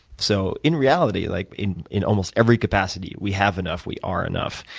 so in reality, like in in almost every capacity, we have enough, we are enough.